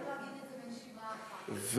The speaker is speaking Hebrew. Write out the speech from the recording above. להגיד את זה בנשימה אחת, חבר הכנסת חסון.